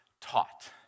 taught